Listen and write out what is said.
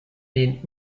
den